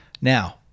Now